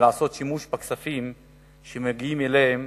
מלעשות שימוש בכספים שמגיעים אליהן